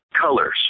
Colors